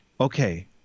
Okay